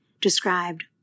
described